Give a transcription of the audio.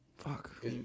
Fuck